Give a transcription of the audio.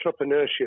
entrepreneurship